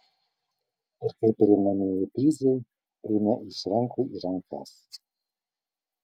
ir kaip pereinamieji prizai eina iš rankų į rankas